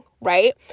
Right